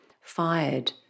fired